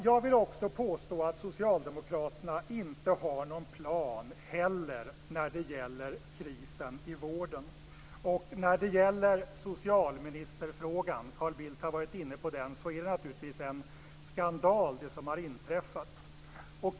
Jag vill påstå att socialdemokraterna inte heller har någon plan i fråga om krisen i vården. När det gäller socialministerfrågan, Carl Bildt har varit inne på den, är det naturligtvis en skandal det som har inträffat.